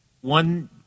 one